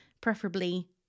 preferably